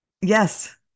Yes